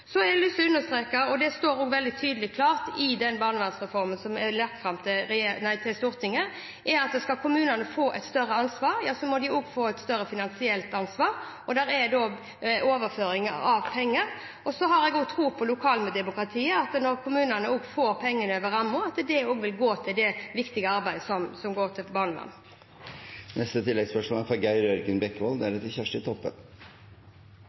har også lyst til å understreke – og det står veldig tydelig og klart i den barnevernsreformen som er lagt fram for Stortinget – at skal kommunene få et større ansvar, må de også få et større finansielt ansvar. Det er da overføring av penger. Jeg har tro på lokaldemokratiet, på at når kommunene får penger over rammen, vil de pengene gå til det viktige arbeidet med barnevern. Geir Jørgen Bekkevold – til